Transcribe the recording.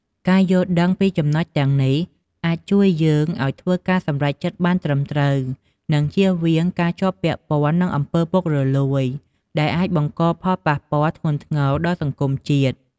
ការយល់ដឹងច្បាស់ពីចំណុចទាំងនេះ អាចជួយយើងឱ្យធ្វើការសម្រេចចិត្តបានត្រឹមត្រូវ និងជៀសវាងការជាប់ពាក់ព័ន្ធនឹងអំពើពុករលួយ ដែលអាចបង្កផលប៉ះពាល់ធ្ងន់ធ្ងរដល់សង្គមជាតិ។